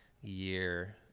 year